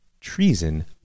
treason